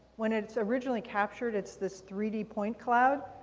when it's originally captured, it's this three d point cloud.